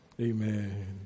Amen